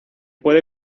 puede